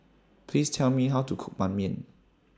Please Tell Me How to Cook Ban Mian